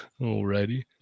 Alrighty